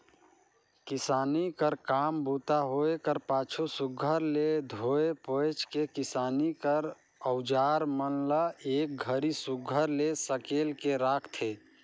किसानी कर काम बूता होए कर पाछू सुग्घर ले धोए पोएछ के किसानी कर अउजार मन ल एक घरी सुघर ले सकेल के राखथे